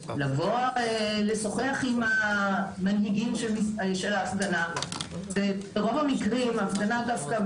לבוא לשוחח עם המנהיגים של ההפגנה וברוב המקרים ההפגנה דווקא,